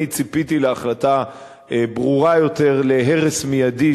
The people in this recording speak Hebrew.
אני ציפיתי להחלטה ברורה יותר של הרס מיידי